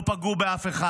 הם לא פגעו באף אחד,